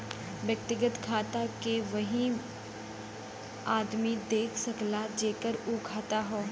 व्यक्तिगत खाता के वही आदमी देख सकला जेकर उ खाता हौ